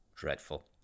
Dreadful